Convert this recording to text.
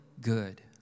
good